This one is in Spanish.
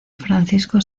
francisco